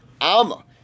Alma